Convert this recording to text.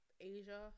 Asia